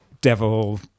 devil